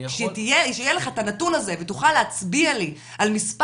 כשיהיה לך את הנתון ותוכל להצביע לי על מס'